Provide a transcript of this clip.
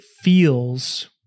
feels